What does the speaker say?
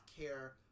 care